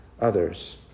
others